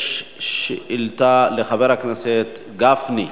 יש שאילתא לחבר הכנסת גפני.